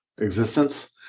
existence